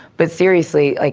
but seriously, like